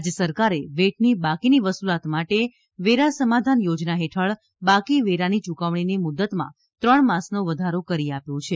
રાજ્ય સરકારે વેટની બાકીની વસૂલાત માટે વેરા સમાધાન યોજના હેઠળ બાકી વેરાની યૂકવણીની મુદતમાં ત્રણ માસનો વધારો કરી આપ્યો છે